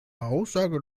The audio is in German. aussage